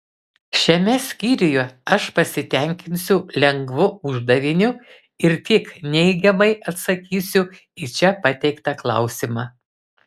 šiame skyriuje aš pasitenkinsiu lengvu uždaviniu ir tik neigiamai atsakysiu į čia pateiktą klausimą